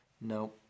No